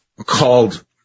called